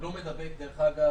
הוא לא מידבק דרך אגב,